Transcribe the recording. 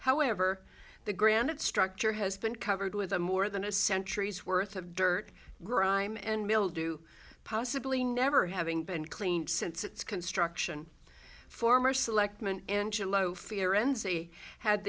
however the granite structure has been covered with more than a century's worth of dirt grime and mildew possibly never having been cleaned since its construction former selectman angelo firenze they had